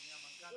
אדוני המנכ"ל.